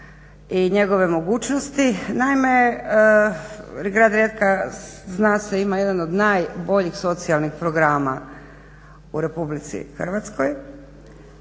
i njegove mogućnosti, naime grad Rijeka zna se ima jedan od najboljih socijalnih programa u RH, a što